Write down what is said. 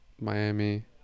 miami